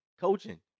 coaching